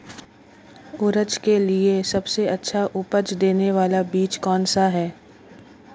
उड़द के लिए सबसे अच्छा उपज देने वाला बीज कौनसा है?